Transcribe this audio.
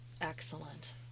Excellent